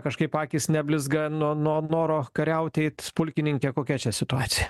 kažkaip akys neblizga nuo nuo noro kariauti pulkininke kokia čia situacija